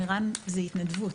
ער"ן זו התנדבות.